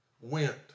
went